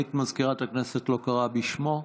וסגנית מזכירת הכנסת לא קראה בשמו?